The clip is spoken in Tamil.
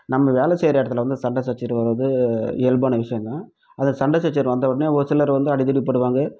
நம்ம வேலை செய்கிற இடத்துல வந்து சண்டை சச்சரவு வர்றது இயல்பான விஷயந்தான் அந்த சண்டை சச்சரவு வந்தவுடனே ஒரு சிலர் வந்து அடிதடிப்படுவாங்கள்